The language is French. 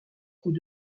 coups